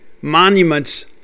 monuments